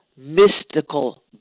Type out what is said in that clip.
mystical